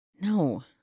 No